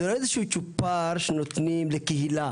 זה לא איזשהו צ'ופר שנותנים לקהילה